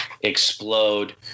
explode –